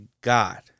God